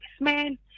man